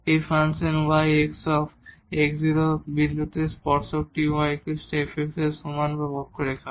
এই function y x বিন্দুতে স্পর্শকটি y f এর সমান বা বক্ররেখা